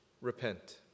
repent